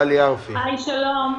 שלום.